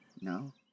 No